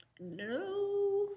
no